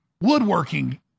woodworking